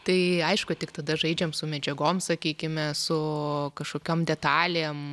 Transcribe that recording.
tai aišku tik tada žaidžiam su medžiagom sakykime su kažkokiom detalėm